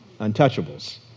untouchables